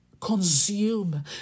consume